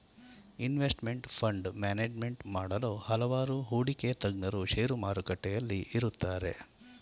investment fund management ಮಾಡಲು ಹಲವಾರು ಹೂಡಿಕೆ ತಜ್ಞರು ಶೇರು ಮಾರುಕಟ್ಟೆಯಲ್ಲಿ ಇರುತ್ತಾರೆ